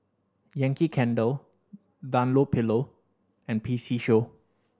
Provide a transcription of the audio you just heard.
Yankee Candle Dunlopillo and P C Show